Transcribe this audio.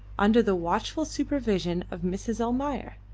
under the watchful supervision of mrs. almayer.